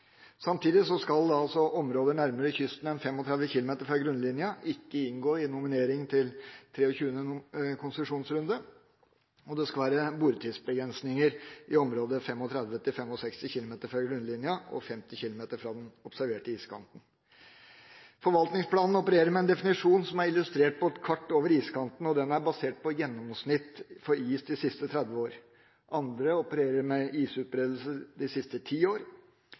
Samtidig skal områder nærmere kysten enn 35 km fra grunnlinja ikke inngå i nominering til 23. konsesjonsrunde, og det skal være boretidsbegrensninger i området 35 til 65 km fra grunnlinja og 50 km fra den observerte iskanten. Forvaltningsplanen opererer med en definisjon som er illustrert på et kart over iskanten, og det er basert på gjennomsnitt for is de siste 30 år. Andre opererer med isutbredelse de siste ti år.